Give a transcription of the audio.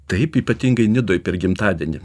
taip ypatingai nidoj per gimtadienį